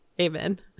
amen